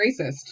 racist